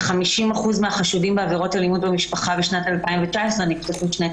ל-50% מהחשודים בעבירות אלימות במשפחה בשנת 2019 נפתחו שני תיקים.